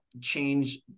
change